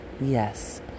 yes